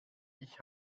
ich